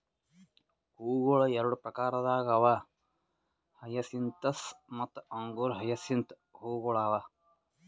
ಹೂವುಗೊಳ್ ಎರಡು ಪ್ರಕಾರದಾಗ್ ಅವಾ ಹಯಸಿಂತಸ್ ಮತ್ತ ಅಂಗುರ ಹಯಸಿಂತ್ ಹೂವುಗೊಳ್ ಅವಾ